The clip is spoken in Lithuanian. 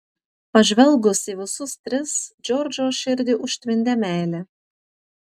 pažvelgus į visus tris džordžo širdį užtvindė meilė